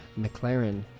McLaren